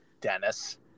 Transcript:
Dennis